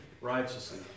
righteously